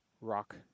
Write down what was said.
rock